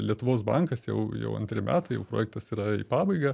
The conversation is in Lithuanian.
lietuvos bankas jau jau antri metai jau projektas yra į pabaigą